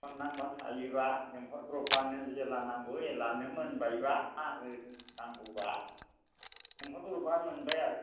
phone number थायोब्ला लेंहरब्रबब्लानो जेला नांगौ एलानो मोनबायब्ला हाहो नांगौब्ला लेंहरब्रबब्लानो मोनबाय आरो